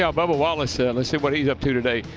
but ah let's ah and and see what he is up to today.